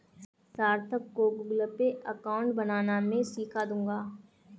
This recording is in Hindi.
सार्थक को गूगलपे अकाउंट बनाना मैं सीखा दूंगा